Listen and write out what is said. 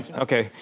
okay.